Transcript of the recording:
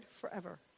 forever